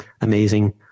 amazing